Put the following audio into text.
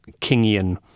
Kingian